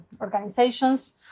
organizations